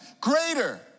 greater